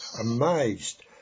amazed